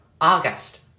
August